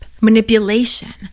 manipulation